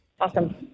Awesome